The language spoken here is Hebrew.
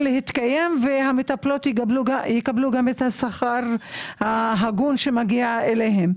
להתקיים והמטפלות יקבלו גם את השכר ההגון שמגיע להן.